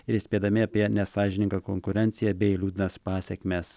ir įspėdami apie nesąžiningą konkurenciją bei liūdnas pasekmes